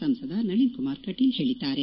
ಸಂಸದ ನಳನ್ ಕುಮಾರ್ ಕಟೀಲ್ ಹೇಳಿದ್ದಾರೆ